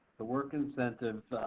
the work incentive,